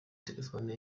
telefone